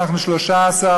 אנחנו 13,